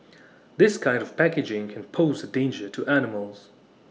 this kind of packaging can pose A danger to animals